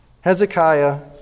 Hezekiah